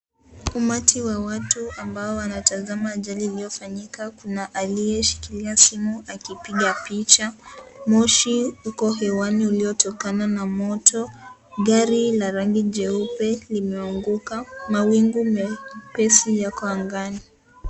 Umati wa watu ambao wanatazama ajali uliofanyika, kuna aliyeshikilia simu akipiga picha, moshi uko hewani uliotokana na moto, gari lina rangi jeupe limeanguka, mawingu mepesi yako angani.